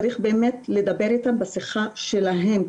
צריך באמת לדבר איתם בשפה שלהם,